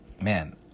man